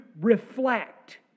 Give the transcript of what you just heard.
reflect